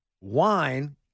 wine